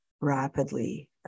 rapidly